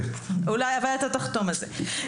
אולי אבל אתה תחתום על זה.